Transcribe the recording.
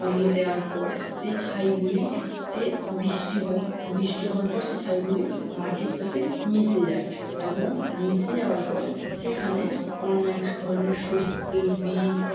পুড়িয়ে দেওয়ার পর সেই ছাইগুলিতে বৃষ্টি হয় বৃষ্টি হওয়ার পর সে ছাইগুলি মাটির সাথে মিশে যায় এবং মিশে যাওয়ার পর সেখানে অনেক ধরণের শস্যের বীজ